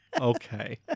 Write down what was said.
okay